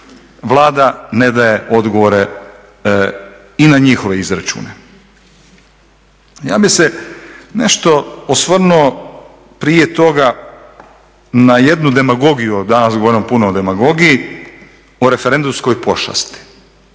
Vlada ne daje odgovore i na njihove izračune. Ja bih se nešto osvrnuo prije toga na jednu demagogiju, danas razgovaramo puno o demagogiji, o referendumskoj pošasti.